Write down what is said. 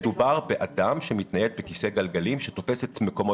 מדובר באדם שמתנייד בכיסא גלגלים שתופס את מקומו,